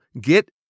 get